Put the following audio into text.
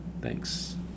thanks